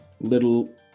little